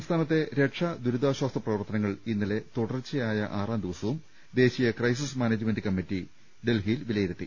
സംസ്ഥാനത്തെ രക്ഷാ ദുരിതാശ്ചാസ് പ്രവർത്തനങ്ങൾ ഇന്നലെ തുടർച്ചയായ ആറാം ദിവസവും ദേശീയ ക്രൈസിസ് മാനേജ്മെന്റ് കമ്മിറ്റി ഡൽഹിയിൽ വിലയിരു ത്തി